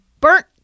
burnt